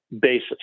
basis